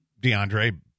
DeAndre